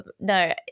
no